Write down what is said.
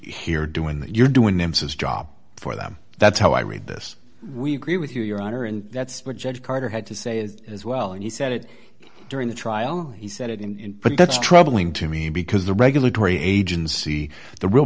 here doing that you're doing them says job for them that's how i read this we agree with you your honor and that's what judge carter had to say as well and he said it during the trial he said it in but that's troubling to me because the regulatory agency the real